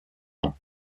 ans